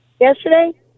yesterday